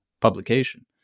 publication